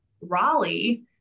Raleigh